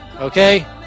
Okay